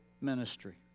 ministry